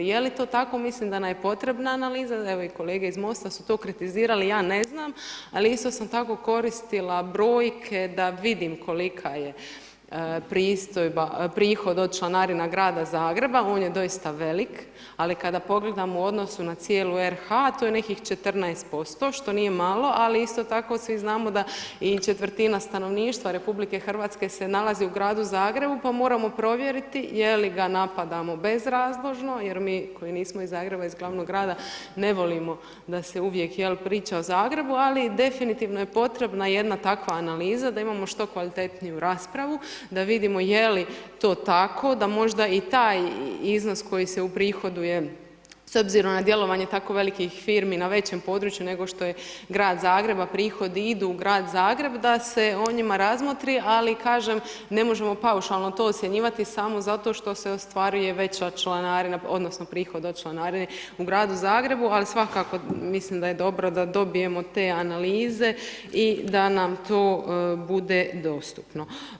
Je li to tako mislim da nam je potrebna analiza evo i kolege iz MOST-a su to kritizirali, ja ne znam, ali isto sam tako koristila brojke da vidim kolika je pristojba, prihod od članarina grada Zagreba, on je doista velik, ali kada pogledamo u odnosu na cijelu RH, to je nekih 14% što nije malo isto tako svi znamo da i četvrtina stanovništva RH se nalazi u gradu Zagrebu pa moramo provjeriti je li ga napadamo bezrazložno jer mi koji nismo iz Zagreba iz glavnog grada ne volimo da se uvijek priča o Zagrebu ali definitivno je potrebna jedna takva analiza da imamo što kvalitetniju raspravu da vidimo je li to tako da možda i taj iznos koji se uprihoduje s obzirom na djelovanje tako velikih firmi na većem području nego što je grad Zagreb a prihodi idu u grad Zagreb, da se o njima razmotri, ali kažem ne možemo paušalno to ocjenjivati samo zato što se ostvaruje veća članarina odnosno prihod od članarine u gradu Zagrebu ali svakako mislim da je dobro da dobijemo te analize i da nam to bude dostupno.